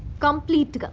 complete!